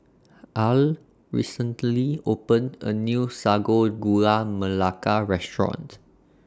Al recently opened A New Sago Gula Melaka Restaurant